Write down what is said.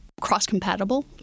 cross-compatible